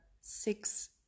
six